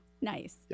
nice